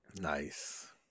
Nice